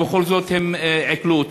ובכל זאת הם עיקלו.